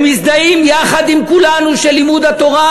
הם מזדהים יחד עם כולנו שלימוד התורה,